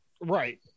Right